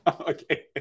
Okay